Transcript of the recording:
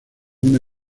una